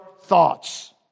thoughts